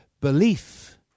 belief